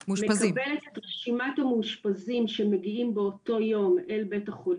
הוא מקבל את רשימת המאושפזים שמגיעים באותו יום אל בית החולים